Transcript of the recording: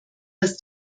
dass